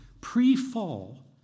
pre-fall